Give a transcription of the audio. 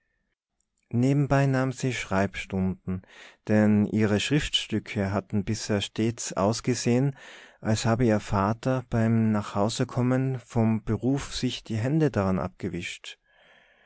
nebenbei nahm sie schreibstunden denn ihre schriftstücke hatten bisher stets ausgesehen als habe ihr vater beim nachhausekommen vom beruf sich die hände daran abgewischt